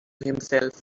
himself